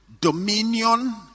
dominion